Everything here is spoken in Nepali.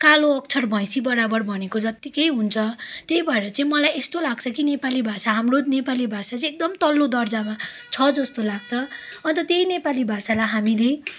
कालो अक्षर भैँसी बराबर भनेको जत्तिकै हुन्छ त्यही भएर चाहिँ मलाई यस्तो लाग्छ कि नेपाली भाषा हाम्रो नेपाली भाषा चाहिँ एकदम तल्लो दर्जामा छ जस्तो लाग्छ अन्त त्यही नेपाली भाषालाई हामीले